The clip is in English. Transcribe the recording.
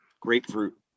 grapefruit